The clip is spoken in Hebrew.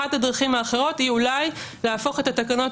אחת הדרכים האחרות היא אולי להפוך את התקנות